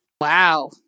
Wow